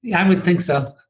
yeah i would think so.